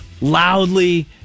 loudly